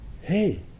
hey